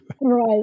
Right